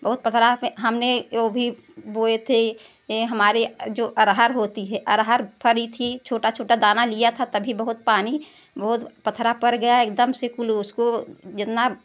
बहुत पथरा हमने जो भी बोए थे ए हमारे जो अरहर होती है अरहर फरी थी छोटा छोटा दाना लिया था तभी बहुत पानी बहुत पथरा पड़ गया एकदम से कुल उसको जितना